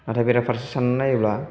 नाथाय बेराफारसे साननानै नायोब्ला